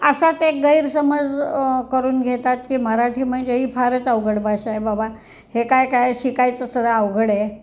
असाच एक गैरसमज करून घेतात की मराठी म्हणजे ही फारच अवघड भाषा आहे बाबा हे काय काय शिकायचं सर अवघड आहे